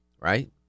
Right